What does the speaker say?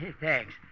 Thanks